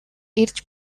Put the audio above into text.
ирж